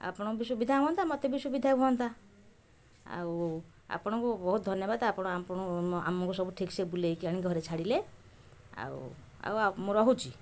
ଆପଣଙ୍କୁ ସୁବିଧା ହୁଅନ୍ତା ମୋତେ ବି ସୁବିଧା ହୁଅନ୍ତା ଆଉ ଆପଣଙ୍କୁ ବହୁତ ଧନ୍ୟବାଦ ଆପଣ ଆପଣ ଆମକୁ ସବୁ ଠିକସେ ବୁଲେଇକି ଆଣି ଘରେ ଛାଡ଼ିଲେ ଆଉ ଆଉ ଆ ମୁଁ ରହୁଛି